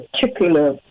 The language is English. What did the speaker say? particular